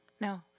No